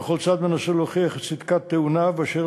וכל צד מנסה להוכיח את צדקת טיעוניו באשר